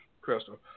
Crystal